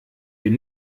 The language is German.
bin